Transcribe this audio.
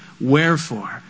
Wherefore